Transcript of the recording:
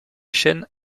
chaîne